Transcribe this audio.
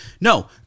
No